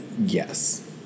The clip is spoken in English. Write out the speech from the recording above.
yes